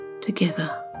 together